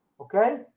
okay